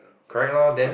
correct hor then